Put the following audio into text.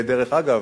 דרך אגב,